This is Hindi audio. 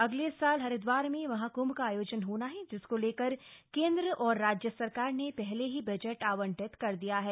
अगले साल हरिदवार में महाकृंभ का आयोजन होना है जिसको लेकर केंद्र और राज्य सरकार ने पहले ही बजट आवंटित कर दिया है